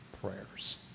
prayers